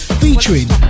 featuring